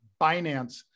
Binance